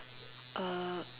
uh